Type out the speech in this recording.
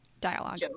dialogue